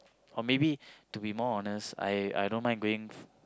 or maybe to more honest I I don't mind going